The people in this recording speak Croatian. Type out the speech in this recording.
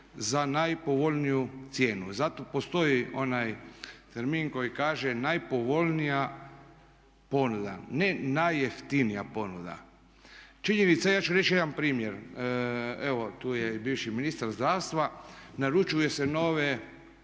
za najpovoljniju cijenu. Zato postoji onaj termin koji kaže najpovoljnija ponuda, ne najjeftinija ponuda. Činjenica je, ja ću reći jedan primjer, evo tu je i bivši ministar zdravstva, naručuje se nova